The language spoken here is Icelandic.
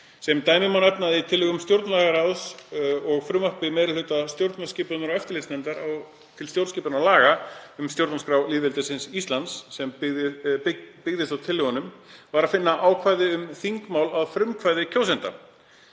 Sem dæmi má nefna að í tillögum stjórnlagaráðs og frumvarpi meiri hluta stjórnskipunar- og eftirlitsnefndar til stjórnarskipunarlaga um stjórnarskrá lýðveldisins Íslands, sem byggðist á tillögunum, var að finna ákvæði um þingmál að frumkvæði kjósenda,